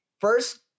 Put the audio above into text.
First